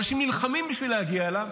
אנשים נלחמים בשביל להגיע אליו,